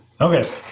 Okay